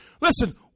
Listen